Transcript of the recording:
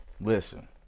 Listen